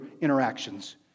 interactions